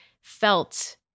felt